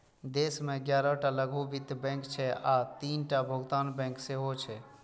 देश मे ग्यारह टा लघु वित्त बैंक छै आ तीनटा भुगतान बैंक सेहो छै